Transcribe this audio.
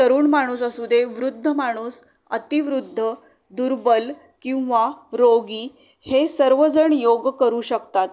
तरुण माणूस असू दे वृद्ध माणूस अतिवृद्ध दुर्बल किंवा रोगी हे सर्वजण योग करू शकतात